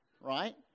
right